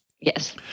Yes